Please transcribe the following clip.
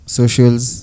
socials